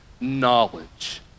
knowledge